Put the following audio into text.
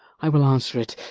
i will answer it